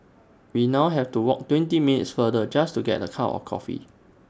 we now have to walk twenty minutes farther just to get A cup of coffee